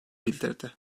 bildirdi